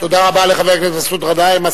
תודה רבה לחבר הכנסת מסעוד גנאים.